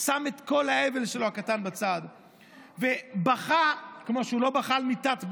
שם את כל האבל שלו הקטן בצד ובכה כמו שהוא לא בכה על מיטת בנו,